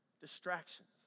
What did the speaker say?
Distractions